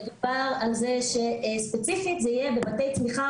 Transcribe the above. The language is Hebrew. מדובר על זה שספציפית זה יהיה בבתי צמיחה